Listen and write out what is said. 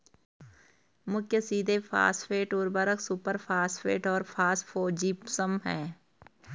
मुख्य सीधे फॉस्फेट उर्वरक सुपरफॉस्फेट और फॉस्फोजिप्सम हैं